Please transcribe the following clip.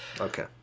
Okay